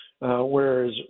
Whereas